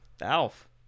Alf